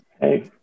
Hey